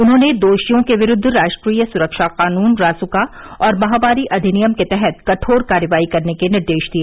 उन्होंने दोषियों के विरूद्व राष्ट्रीय सुरक्षा कानून रासुका और महामारी अधिनियम के तहत कठोर कार्रवाई करने के निर्देश दिए